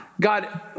God